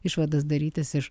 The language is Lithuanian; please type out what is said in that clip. išvadas darytis iš